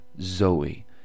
Zoe